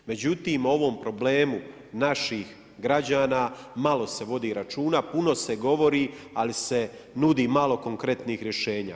Međutim ovom problemu napih građana malo se vodi računa, puno se govori ali se nudi malo konkretnih rješenja.